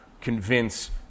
convince